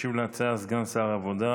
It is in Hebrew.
ישיב על ההצעה סגן שר העבודה